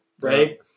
right